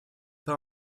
pas